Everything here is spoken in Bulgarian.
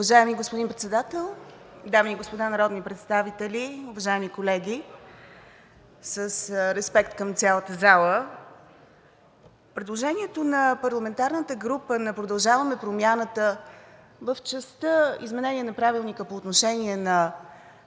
Уважаеми господин Председател, дами и господа народни представители, уважаеми колеги, с респект към цялата зала! Предложението на парламентарната група на „Продължаваме Промяната“ в частта „Изменение на Правилника“ по отношение на